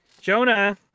Jonah